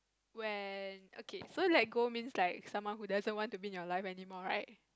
when okay so let go means like someone who doesn't want to be in your life anymore right